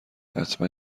حتما